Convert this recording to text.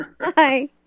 Hi